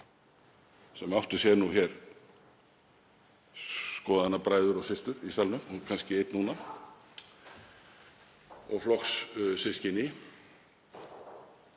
sem átti sér hér skoðanabræður og -systur í salnum, kannski einn núna, og flokkssystkini.